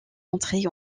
entrée